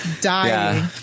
Dying